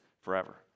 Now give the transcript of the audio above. forever